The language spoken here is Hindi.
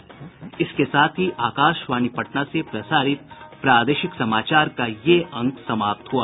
इसके साथ ही आकाशवाणी पटना से प्रसारित प्रादेशिक समाचार का ये अंक समाप्त हुआ